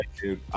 dude